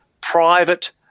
private